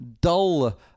dull